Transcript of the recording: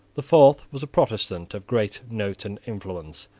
the fourth was a protestant of great note and influence,